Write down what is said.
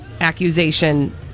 accusation